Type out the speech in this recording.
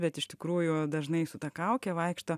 bet iš tikrųjų dažnai su ta kauke vaikšto